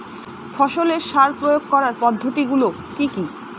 ফসলের সার প্রয়োগ করার পদ্ধতি গুলো কি কি?